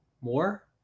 more